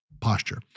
Posture